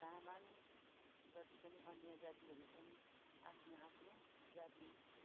तामाङ जति पनि अन्य जातिहरू छन् आफ्नो आफ्नो जाति